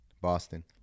Boston